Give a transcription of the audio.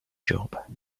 job